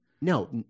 no